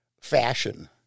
fashion